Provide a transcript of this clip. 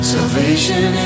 Salvation